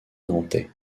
nantais